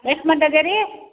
ಎಷ್ಟು ಮಂದಿ ಇದೇರ್ ರೀ